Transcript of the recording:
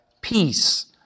peace